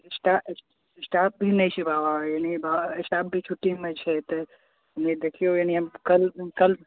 staff staff भी नहि छै बाबा यानि स्टाफ भी छुट्टीमे छै नहि तऽ देखियौ यानि हम कल कल